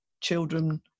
children